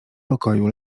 pokoju